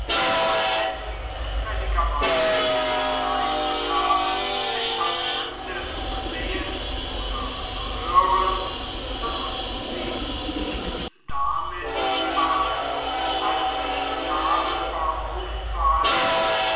und wenn sie zufälliger weise gelegenheit bekamen etwas fremdes zu sehen oder zu hören so wußten sie nichts damit zu machen als sich darüber aufzuhalten